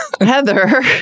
Heather